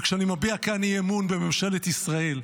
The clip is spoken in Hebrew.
וכשאני מביע כאן אי-אמון בממשלת ישראל,